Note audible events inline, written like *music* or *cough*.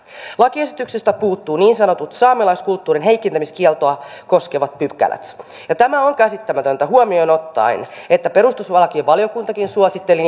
lakiesityksestä puuttuvat niin sanotut saamelaiskulttuurin heikentämiskieltoa koskevat pykälät tämä on käsittämätöntä ottaen huomioon että perustuslakivaliokuntakin suositteli *unintelligible*